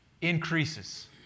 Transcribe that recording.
increases